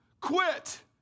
Quit